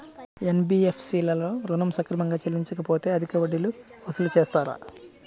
NBFC లలో ఋణం సక్రమంగా చెల్లించలేకపోతె అధిక వడ్డీలు వసూలు చేస్తారా?